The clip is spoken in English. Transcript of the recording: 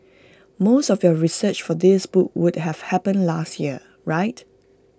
most of your research for this book would have happened last year right